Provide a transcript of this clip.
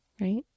right